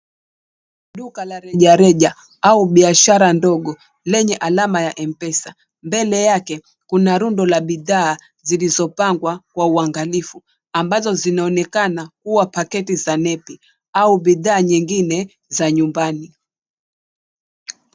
Duka la rejareja au biashara ndogo lenye alama ya mpesa . Mbele yake kuna rundo la bidhaa zilizopangwa kwa uangalifu ambazo zinaonekana kuwa paketi za nepi au bidhaa nyingine za nyumbani.